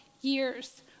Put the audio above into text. years